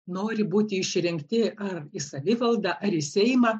nori būti išrinkti ar į savivaldą ar į seimą